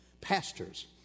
pastors